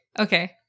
okay